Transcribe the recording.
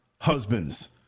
husbands